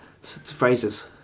Phrases